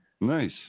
Nice